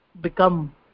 become